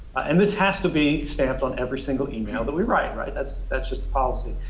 and this has to be stamped on every single email that we write, right, that's that's just the policy.